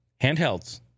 handhelds